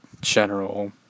general